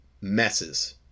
messes